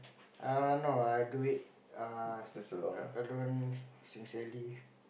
err no I do it err alone sincerely